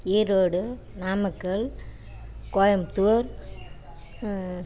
Erode Namakkal Coimbatore